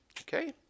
Okay